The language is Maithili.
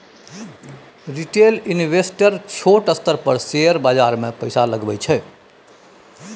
रिटेल इंवेस्टर छोट स्तर पर शेयर बाजार मे पैसा लगबै छै